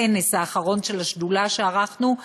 בכנס האחרון של השדולה שערכנו,